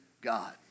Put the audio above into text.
God